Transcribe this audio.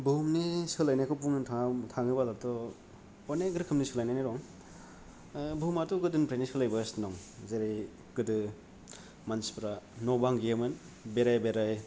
बुहुमनि सोलायनायखौ बुंनो थाङा थाङोबोलाथ' अनेग रोखोमनि सोलायनाय दं बुहुमाथ' गोदोनिफ्रायनो सोलायबोगासिनो दं जेरै गोदो मानसिफ्रा न' बां गैयामोन बेराय बेराय